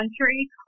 country